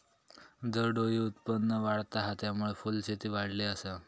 दरडोई उत्पन्न वाढता हा, त्यामुळे फुलशेती वाढली आसा